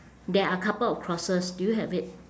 there are couple of crosses do you have it